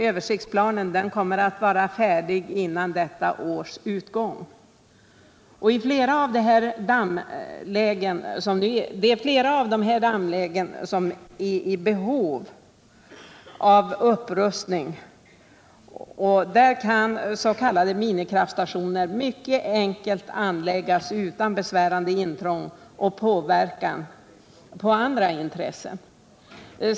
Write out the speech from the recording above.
Översiktsplanen beräknas föreligga före detta års utgång. I flera av de dammlägen som nu är i behov av upprustning kan s.k. minikraftstationer mycket enkelt anläggas utan besvärande intrång och påverkan på andra intressen.